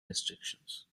restrictions